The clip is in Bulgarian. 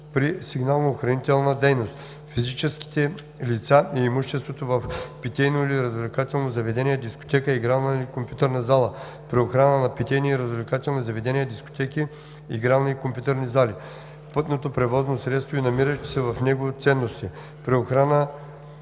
при сигнално-охранителна дейност; физическите лица и имуществото в питейно или развлекателно заведение, дискотека, игрална или компютърна зала – при охрана на питейни и развлекателни заведения, дискотеки, игрални и компютърни зали; пътното превозно средство и намиращите се в него ценности – при охрана